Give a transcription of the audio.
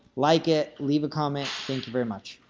like it, leave a comment. thank you very much.